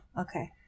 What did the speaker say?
okay